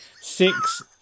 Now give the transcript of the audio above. six